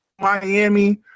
Miami